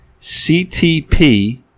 CTP